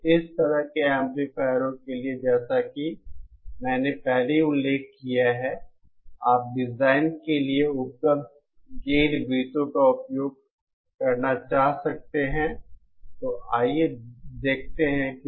तो इस तरह के एम्पलीफायरों के लिए जैसा कि मैंने पहले ही उल्लेख किया है आप डिजाइन के लिए उपलब्ध गेन वृत्तों का उपयोग करना चाह सकते हैं